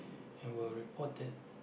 and will report it